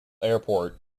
airport